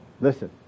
Listen